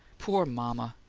poor mama!